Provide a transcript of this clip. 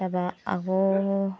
তাৰপৰা আকৌ